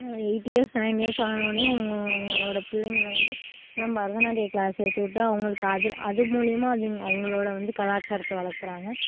eight years nine years ஆன உடனே அவங்களோட பிள்ளைங்கள வந்து இப்பெலாம் பரதநாட்டியம் க்ளாஸ் சேர்த்து விட்டு அவங்களுக்கு அதில் அது மூலயமா அதுங் அவங்களோட வந்து கலாசாரத்தை வளர்க்குறாங்க